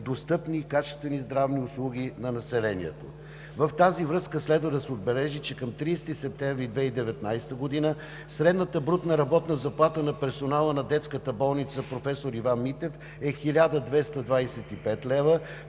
достъпни и качествени здравни услуги на населението. В тази връзка следва да се отбележи, че към 30 септември 2019 г. средната брутна работна заплата на персонала на Детската болница „Проф. Иван Митев“ е 1225 лв.,